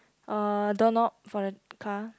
uh doorknob for the car